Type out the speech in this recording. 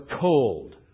cold